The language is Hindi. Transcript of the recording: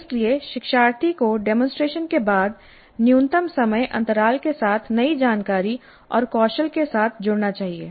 इसलिए शिक्षार्थी को डेमोंसट्रेशन के बाद न्यूनतम समय अंतराल के साथ नई जानकारी और कौशल के साथ जुड़ना चाहिए